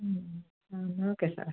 ആ എന്നാൽ ഓക്കെ സാറേ